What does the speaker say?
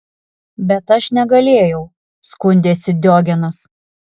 bet aš negalėjau skundėsi diogenas